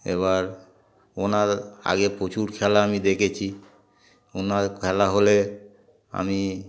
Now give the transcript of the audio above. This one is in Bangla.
এবার ওনার আগে প্রচুর খেলা আমি দেখেছি ওনার খেলা হলে আমি